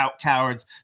cowards